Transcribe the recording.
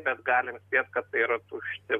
bet galim spėt kad tai yra tušti